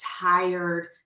tired